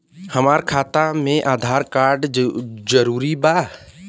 हमार खाता में आधार कार्ड जरूरी बा?